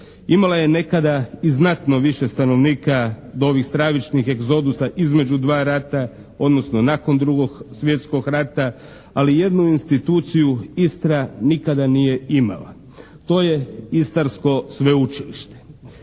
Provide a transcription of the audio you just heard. imala je nekada i znatno više stanovnika do ovih stravičnih egzodusa između dva rata, odnosno nakon Drugog svjetskog rata, ali jednu instituciju Istra nikada nije imala. To je Istarsko sveučilište.